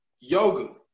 yoga